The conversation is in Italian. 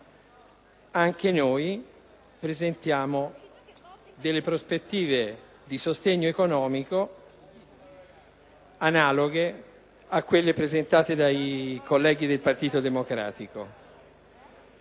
anche noi presentiamo delle prospettive di sostegno economico analoghe a quelle dei colleghi del Partito Democratico.